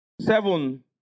seven